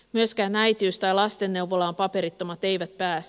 myöskään äitiys tai lastenneuvolaan paperittomat eivät pääse